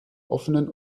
offenen